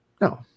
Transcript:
No